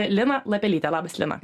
lina lapelytė labas lina